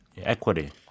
equity